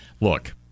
look